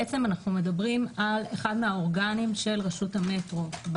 בעצם אנחנו מדברים על אחד מהאורגנים של רשות המטרו.